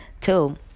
two